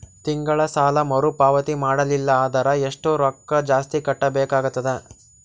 ತಿಂಗಳ ಸಾಲಾ ಮರು ಪಾವತಿ ಮಾಡಲಿಲ್ಲ ಅಂದರ ಎಷ್ಟ ರೊಕ್ಕ ಜಾಸ್ತಿ ಕಟ್ಟಬೇಕಾಗತದ?